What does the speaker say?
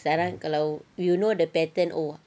sekarang kalau you know the pattern oh